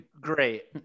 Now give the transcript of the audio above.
great